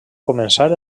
començar